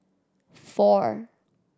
four